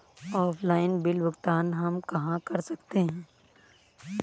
Offline bill भुगतान हम कहां कर सकते हैं?